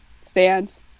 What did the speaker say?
Stands